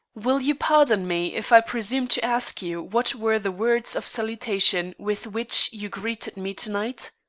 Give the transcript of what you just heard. will you pardon me if i presume to ask you what were the words of salutation with which you greeted me to-night?